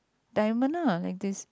diamond ah like this